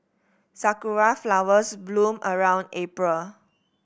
sakura flowers bloom around April